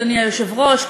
אדוני היושב-ראש,